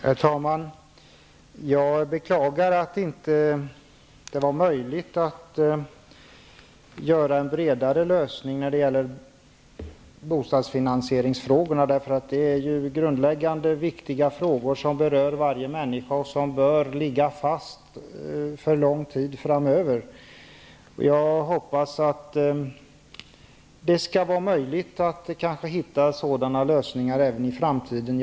Herr talman! För det första beklagar jag att det inte var möjligt att åstadkomma en bredare lösning när det gäller bostadsfinansieringsfrågorna. Dessa är ju grundläggande och viktiga frågor som berör varenda människa och som bör ligga fast under lång tid framöver. Jag hoppas att det blir möjligt att finna sådana lösningar i framtiden.